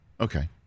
Okay